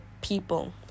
people